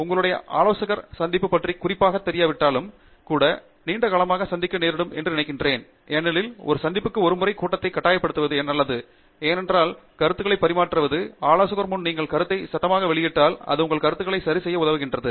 உங்களுடைய ஆலோசகர் சந்திப்பு பற்றி குறிப்பாகத் தெரியாவிட்டாலும் கூட நீண்டகாலமாக சந்திக்க நேரிடும் என்று நான் நினைக்கிறேன் ஏனெனில் ஒரு சந்திப்புக்கு ஒருமுறை கூட்டத்தை கட்டாயப்படுத்துவது நல்லது ஏனென்றால் கருத்துக்களை பரிமாற்றுவது ஆலோசகர் முன் நீங்கள் கருத்தை சத்தமாக வெளியிட்டால் அது உங்கள் கருத்துக்களை சரி செய்ய உதவுகிறது